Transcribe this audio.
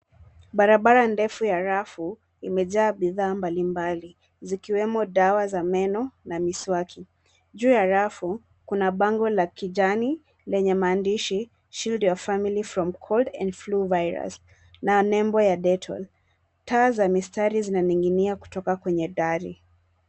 Barabara ndefu ya rafu imejaa bidhaa mbali mbali zikiwemo dawa za meno na miswaki. Juu ya rafu kuna bango la kijani lenye maandishi shield your family from cold and flu virus na nembo ya detol . Taa za mistari zinaning'inia kutoka kwenye dari.